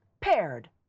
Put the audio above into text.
paired